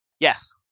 Yes